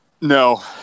No